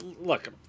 look